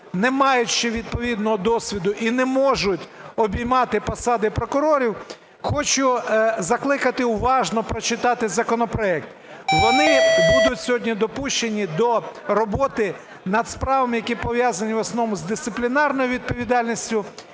не мають ще відповідного досвіду і не можуть обіймати посади прокурорів, хочу закликати уважно прочитати законопроект. Вони будуть сьогодні допущені до роботи над справами, які пов'язані в основному з дисциплінарною відповідальністю